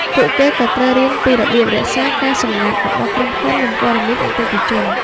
ពួកគេក៏ត្រូវរៀនពីរបៀបរក្សាការសម្ងាត់របស់ក្រុមហ៊ុននិងព័ត៌មានអតិថិជន។